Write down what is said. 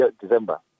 December